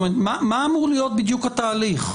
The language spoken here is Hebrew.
מה אמור להיות בדיוק התהליך?